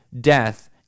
death